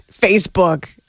Facebook